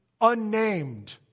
unnamed